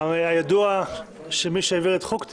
שהעביר את חוק טיבי.